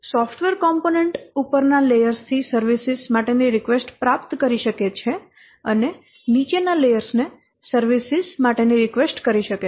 software component ઉપરના layers થી services માટેની રિકવેસ્ટ્સ પ્રાપ્ત કરી શકે છે અને નીચેના લેયર્સ ને સર્વિસીસ માટેની રિકવેસ્ટ્સ કરી શકે છે